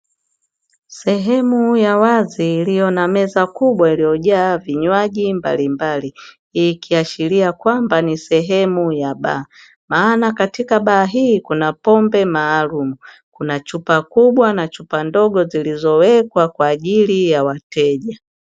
Sehemu ya wazi iliyo nameza kubwa iliyojaa vinywaji mbalimbali, hii ikiashiria kwamba ni sehemu ya baa maana katika baa hii kuna pombe maalum kuna chupa kubwa na chupa ndogo zilizowekwa kwa ajili ya wateja.